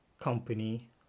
company